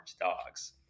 dogs